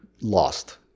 lost